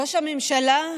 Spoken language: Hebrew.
ראש הממשלה,